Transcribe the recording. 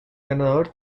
ganador